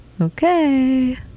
Okay